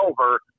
over